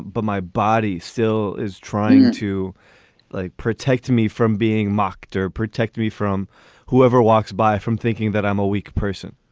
but my body still is trying to like protect me from being mocked or protect me from whoever walks by from thinking that i'm a weak person